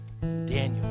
Daniel